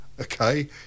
okay